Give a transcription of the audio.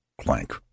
Clank